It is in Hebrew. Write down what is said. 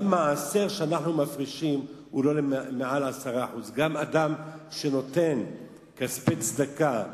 גם מעשר שאנחנו מפרישים הוא לא מעל 10%. גם אדם שנותן כספי צדקה,